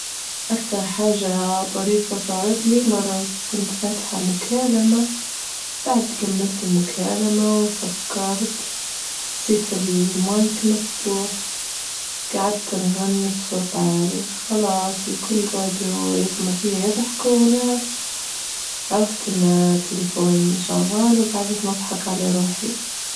أكتر حاجة طريفة صارت لي مرة كنت فاتحة مكالمة، بعد كملت المكالمة وسكرت نسيت المايك مفتوح، وجعدت نغني بصوت عالي، خلاص الكل جعدوا يسمعوا فيا يضحكوا، وأنا عرفت إن التليفون شغال وجعدت نضحك على روحي.